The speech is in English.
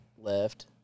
Left